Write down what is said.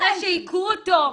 אחרי שהיכו אותו.